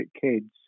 kids